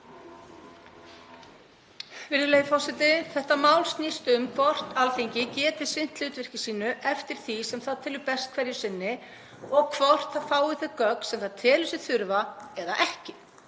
Virðulegur forseti. Þetta mál snýst um það hvort Alþingi geti sinnt hlutverki sínu eftir því sem það telur best hverju sinni og hvort það fái þau gögn sem það telur sig þurfa eða ekki.